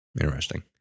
Interesting